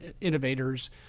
innovators